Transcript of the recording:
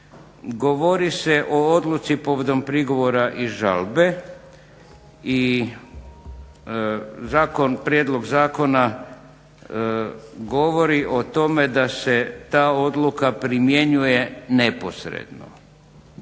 govori se o odluci povodom prigovora i žalbe i zakon, prijedlog zakona govori o tome da se ta odluka primjenjuje neposredno.